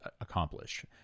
accomplish